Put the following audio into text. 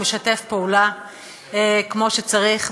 הוא משתף פעולה כמו שצריך,